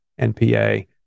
NPA